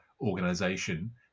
Organization